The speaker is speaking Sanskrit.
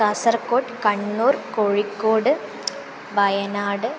कासर्कोट् कण्णूर् कोष़िकोड् वयनाड्